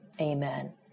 Amen